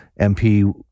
MP